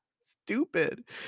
stupid